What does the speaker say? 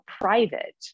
private